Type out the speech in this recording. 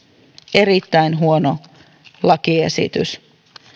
erittäin huono lakiesitys